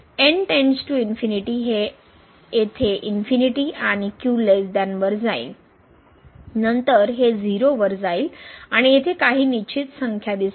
तर हे हे n येथे आणि q 1 वर जाईल नंतर हे 0 वर जाईल आणि येथे काही निश्चित संख्या दिसेल